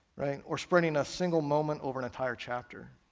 or spreading a single moment over an entire chapter.